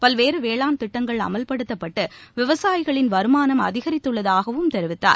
பல்வேறு வேளாண் திட்டங்கள் அமல்படுத்தப்பட்டு விவசாயிகளின் வருமானம் அதிகரித்துள்ளதாகவும் தெரிவித்தார்